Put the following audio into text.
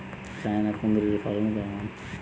China কুঁদরীর ফলন কেমন?